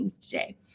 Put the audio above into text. today